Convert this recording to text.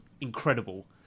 incredible